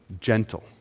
gentle